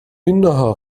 إنها